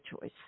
choice